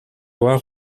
loi